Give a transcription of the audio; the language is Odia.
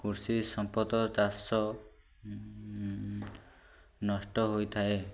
କୃଷି ସମ୍ପଦ ଚାଷ ନଷ୍ଟ ହୋଇଥାଏ